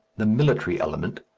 the military element,